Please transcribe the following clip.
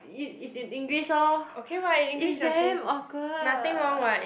it it's in English lor it's damn awkward